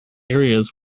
areas